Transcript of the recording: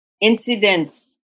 Incidents